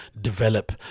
develop